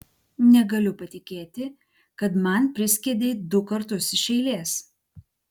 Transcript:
negaliu patikėti kad man priskiedei du kartus iš eilės